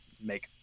make